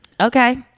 Okay